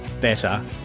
better